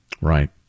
Right